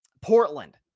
Portland